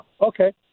Okay